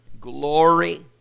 Glory